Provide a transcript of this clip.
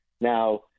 Now